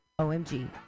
OMG